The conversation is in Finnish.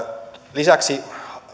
lisäksi